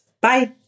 Bye